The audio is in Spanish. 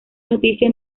noticia